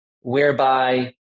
whereby